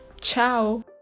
ciao